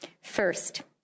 First